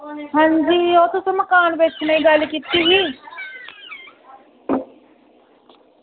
हां जी ओह् तुसें मकान बेचने दी गल्ल कीती ही